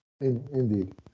Indeed